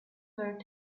were